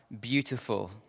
beautiful